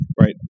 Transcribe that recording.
Right